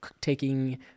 taking